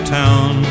town